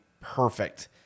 perfect